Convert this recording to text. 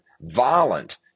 violent